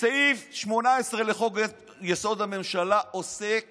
סעיף 18 לחוק-יסוד: הממשלה עוסק